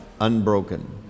unbroken